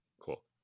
Cool